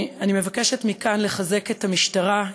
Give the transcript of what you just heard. אני מבקשת מכאן לחזק את המשטרה,